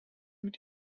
mit